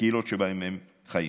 וקהילות שבהן הם חיים.